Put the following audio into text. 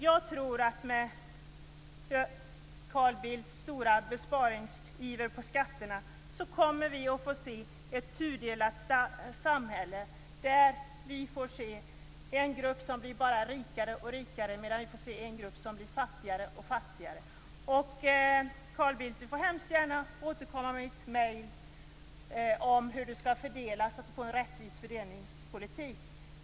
Jag tror att Carl Bildts stora besparingsiver i fråga om skatterna kommer att innebära att vi kommer att få se ett tudelat samhälle med en grupp som bara blir rikare och rikare och en grupp som blir fattigare och fattigare. Carl Bildt får väldigt gärna återkomma med ett email om hur han skall åstadkomma en rättvis fördelningspolitik.